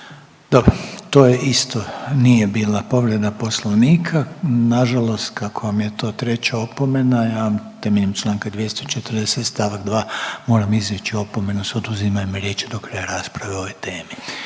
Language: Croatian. Dobro. To je isto. Nije bila povreda Poslovnika. Nažalost kako vam je to treća opomena, ja vam temeljem čl. 240. st. 2. moram izreći opomenu s oduzimanjem riječi do kraja rasprave o ovoj temi.